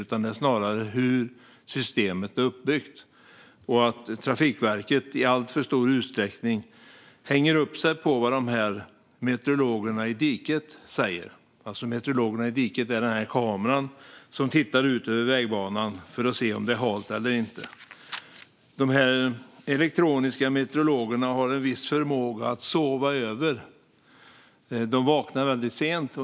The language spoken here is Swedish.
Det handlar snarare om hur systemet är uppbyggt och att Trafikverket i alltför stor utsträckning hänger upp sig på vad "meteorologerna i diket" säger, alltså de kameror som tittar ut över vägbanan för att se om det är halt eller inte. Dessa elektroniska meteorologer har en viss förmåga att sova över. De vaknar väldigt sent.